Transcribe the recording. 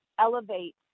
elevate